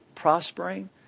prospering